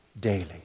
daily